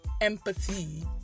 empathy